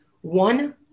One